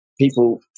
People